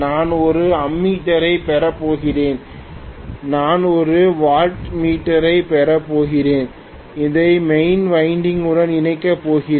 நான் ஒரு அம்மீட்டரைப் பெறப் போகிறேன் நான் ஒரு வாட்மீட்டரைப் பெறப் போகிறேன் அதை மெயின் வைண்டிங் குடன் இணைக்கப் போகிறேன்